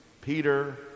Peter